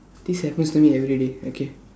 this happens to me everyday okay